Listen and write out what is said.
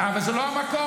אבל זה לא המקום.